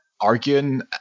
arguing